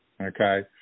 okay